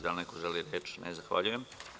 Da li neko želi reč? (Ne) Zahvaljujem.